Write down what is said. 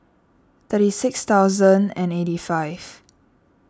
thirty six thousand and eighty five